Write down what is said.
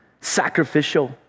sacrificial